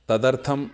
तदर्थम्